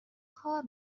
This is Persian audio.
کار